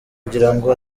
kugirango